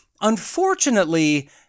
Unfortunately